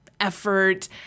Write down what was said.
effort